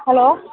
hello